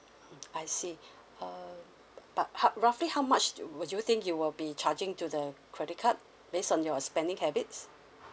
mm I see uh but but how roughly how much do would you think you will be charging to the credit card based on your spending habits